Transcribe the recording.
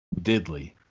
diddly